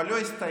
אבל לא הסתייע.